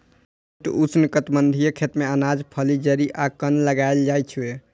छोट उष्णकटिबंधीय खेत मे अनाज, फली, जड़ि आ कंद उगाएल जाइ छै